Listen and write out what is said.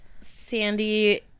Sandy